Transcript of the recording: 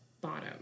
bottom